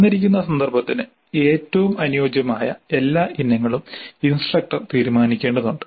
തന്നിരിക്കുന്ന സന്ദർഭത്തിന് ഏറ്റവും അനുയോജ്യമായ എല്ലാ ഇനങ്ങളും ഇൻസ്ട്രക്ടർ തീരുമാനിക്കേണ്ടതുണ്ട്